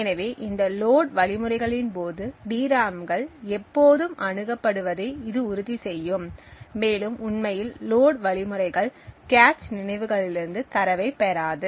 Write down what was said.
எனவே இந்த லோடு வழிமுறைகளின் போது டிராம்கள் எப்போதும் அணுகப்படுவதை இது உறுதி செய்யும் மேலும் உண்மையில் லோடு வழிமுறைகள் கேச் நினைவுகளிலிருந்து தரவைப் பெறாது